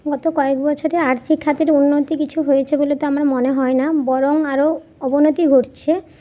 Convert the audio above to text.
গত কয়েক বছরে আর্থিক খাতের উন্নতি কিছু হয়েছে বলে তো আমার মনে হয় না বরং আরো অবনতি ঘটছে